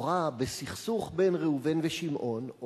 לכאורה בסכסוך בין ראובן לשמעון,